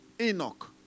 Enoch